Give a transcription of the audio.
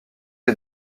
est